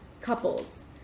couples